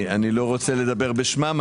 אני לא רוצה לדבר בשמם.